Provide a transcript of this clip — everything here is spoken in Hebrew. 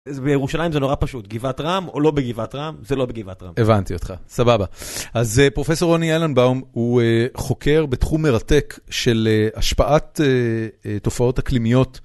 בירושלים זה נורא פשוט, גבעת רם או לא בגבעת רם, זה לא בגבעת רם. הבנתי אותך, סבבה. אז פרופ' רוני אילן באום הוא חוקר בתחום מרתק של השפעת תופעות אקלימיות.